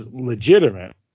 legitimate